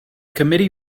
committee